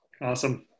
Awesome